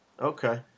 Okay